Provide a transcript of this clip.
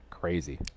Crazy